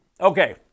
Okay